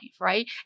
right